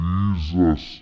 Jesus